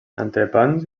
entrepans